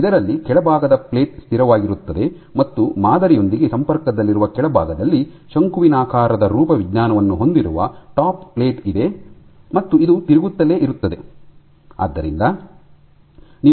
ಇದರಲ್ಲಿ ಕೆಳಭಾಗದ ಪ್ಲೇಟ್ ಸ್ಥಿರವಾಗಿರುತ್ತದೆ ಮತ್ತು ಮಾದರಿಯೊಂದಿಗೆ ಸಂಪರ್ಕದಲ್ಲಿರುವ ಕೆಳಭಾಗದಲ್ಲಿ ಶಂಕುವಿನಾಕಾರದ ರೂಪವಿಜ್ಞಾನವನ್ನು ಹೊಂದಿರುವ ಟಾಪ್ ಪ್ಲೇಟ್ ಇದೆ ಮತ್ತು ಇದು ತಿರುಗುತ್ತಲೇ ಇರುತ್ತದೆ